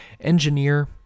engineer